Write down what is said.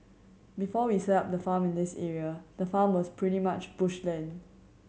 before we set up the farm in this area the farm was pretty much bush land